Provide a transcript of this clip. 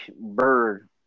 bird